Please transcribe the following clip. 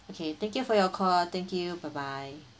okay thank you for your call thank you bye bye